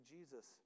Jesus